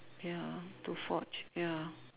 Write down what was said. ya to forge ya